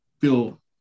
feel